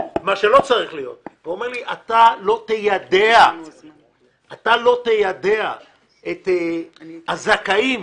ואומר לי שאני לא איידע את הזכאים